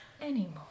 anymore